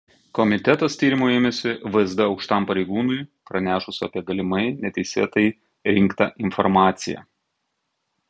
komitetas tyrimo ėmėsi vsd aukštam pareigūnui pranešus apie galimai neteisėtai rinktą informaciją